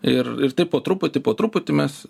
ir ir taip po truputį po truputį mes